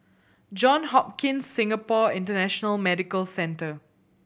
Johns Hopkins Singapore International Medical Centre